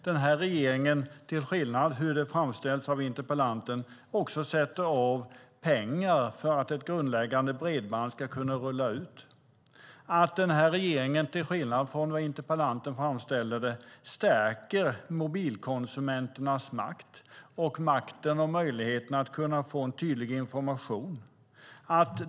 Den här regeringen, till skillnad från hur det framställs av interpellanten, sätter av pengar för att ett grundläggande bredband ska rulla ut. Den här regeringen, till skillnad från hur interpellanten framställer det, stärker mobilkonsumenternas makt och möjlighet att få tydlig information.